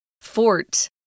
Fort